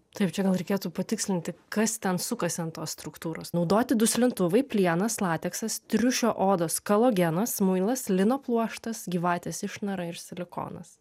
taip čia gal reikėtų patikslinti kas ten sukasi ant tos struktūros naudoti duslintuvai plienas lateksas triušio odos kolagenas muilas lino pluoštas gyvatės išnara ir silikonas